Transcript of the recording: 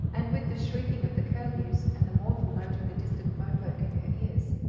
and with the shrieking of the curlews, and the mournful note of the distant mo-poke in her ears,